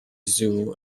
zoo